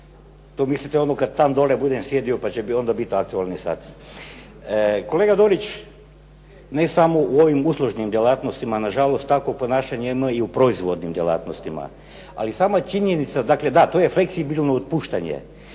To mislite ono kada tamo dole budem sjedio pa će onda biti aktualni sat. Kolega Dorić, ne samo u ovim uslužnim djelatnostima na žalost takvo ponašanje ima i u proizvodnim djelatnostima. Ali sama činjenica, da to je fleksibilno otpuštanje,